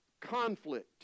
conflict